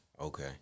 Okay